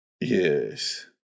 Yes